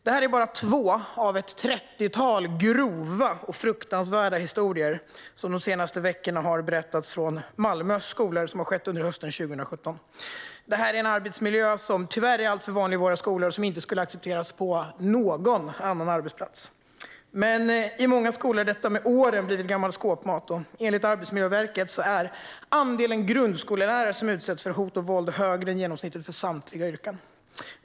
Det här är bara två av ett trettiotal grova och fruktansvärda historier från hösten 2017 i Malmös skolor och som har berättats de senaste veckorna. Det är en arbetsmiljö som tyvärr är alltför vanlig i våra skolor och som inte skulle accepteras på någon annan arbetsplats. Men i många skolor har detta med åren blivit gammal skåpmat. Enligt Arbetsmiljöverket är andelen grundskollärare som utsätts för hot och våld högre än genomsnittet för samtliga yrken.